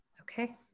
Okay